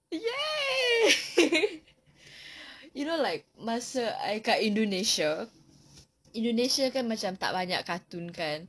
!yay! you know like masa I dekat indonesia indonesia kan macam tak banyak cartoon kan